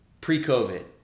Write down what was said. pre-COVID